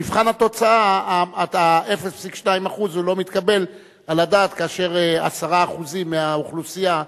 במבחן התוצאה ה-0.2% לא מתקבל על הדעת כאשר 10% מהאוכלוסייה,